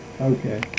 okay